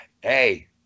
hey